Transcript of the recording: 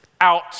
out